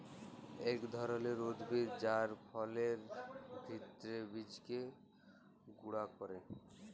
ইক ধরলের উদ্ভিদ যার ফলের ভিত্রের বীজকে গুঁড়া ক্যরে